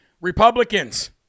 Republicans